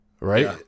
right